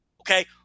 Okay